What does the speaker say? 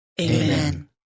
Amen